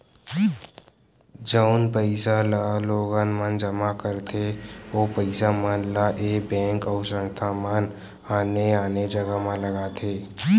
जउन पइसा ल लोगन मन जमा करथे ओ पइसा मन ल ऐ बेंक अउ संस्था मन आने आने जघा म लगाथे